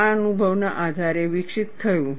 આ અનુભવના આધારે વિકસિત થયું